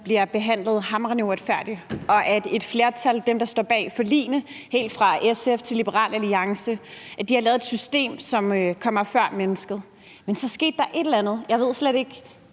bliver behandlet hamrende uretfærdigt. Et flertal, dem, der står bag forligene, helt fra SF til Liberal Alliance, har lavet et system, som kommer før mennesket. Men så skete der et eller andet, jeg ved slet ikke,